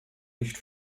nicht